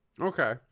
Okay